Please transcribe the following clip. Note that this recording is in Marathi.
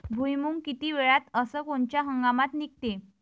भुईमुंग किती वेळात अस कोनच्या हंगामात निगते?